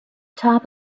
top